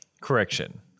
correction